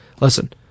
listen